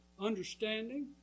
understanding